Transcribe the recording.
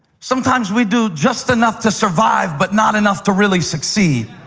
sometimes we do just enough to survive but not enough to really succeed,